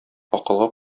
акылга